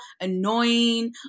annoying